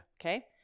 Okay